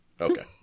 okay